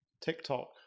tiktok